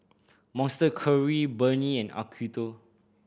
Monster Curry Burnie and Acuto